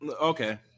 okay